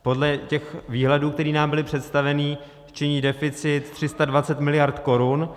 Podle výhledů, které nám byly představeny, činí deficit 320 mld. korun.